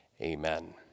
Amen